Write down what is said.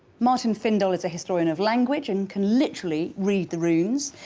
martin findell is a historian of language and can literally read the runes,